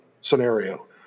scenario